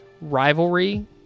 rivalry